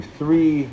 three